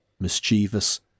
mischievous